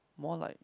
more like